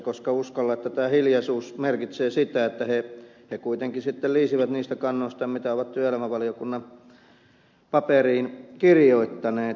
uskon että tämä hiljaisuus merkitsee sitä että he kuitenkin sitten liisivät niistä kannoista mitä ovat työelämävaliokunnan paperiin kirjoittaneet